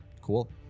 Cool